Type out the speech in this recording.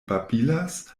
babilas